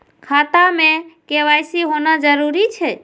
खाता में के.वाई.सी होना जरूरी छै?